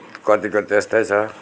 कतिको त्यस्तै छ